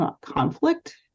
conflict